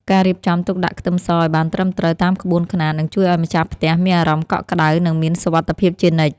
ការរៀបចំទុកដាក់ខ្ទឹមសឱ្យបានត្រឹមត្រូវតាមក្បួនខ្នាតនឹងជួយឱ្យម្ចាស់ផ្ទះមានអារម្មណ៍កក់ក្តៅនិងមានសុវត្ថិភាពជានិច្ច។